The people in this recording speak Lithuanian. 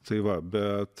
tai va bet